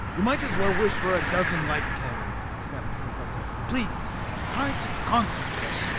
you might as well wish for a dozen light cannon! snapped the professor. please try to concentrate,